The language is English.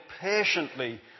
patiently